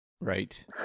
Right